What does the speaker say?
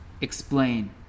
explain